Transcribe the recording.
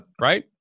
right